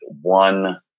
one